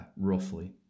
roughly